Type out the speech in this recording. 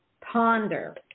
ponder